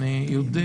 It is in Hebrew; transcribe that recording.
אני אודה